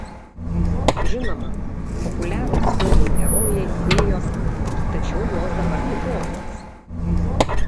žinoma populiarūs filmų herojai fėjos tačiau jos dabar kitokios